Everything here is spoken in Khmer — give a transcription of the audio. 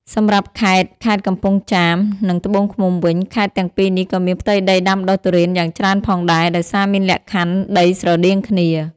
សម្រាប់់ខេត្តខេត្តកំពង់ចាម និងត្បូងឃ្មុំវិញ ខេត្តទាំងពីរនេះក៏មានផ្ទៃដីដាំដុះទុរេនយ៉ាងច្រើនផងដែរ ដោយសារមានលក្ខខណ្ឌដីស្រដៀងគ្នា។